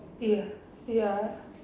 ya ya